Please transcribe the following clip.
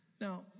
Now